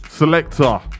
Selector